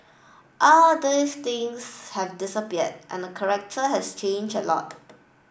all those things have disappeared and the collector has changed a lot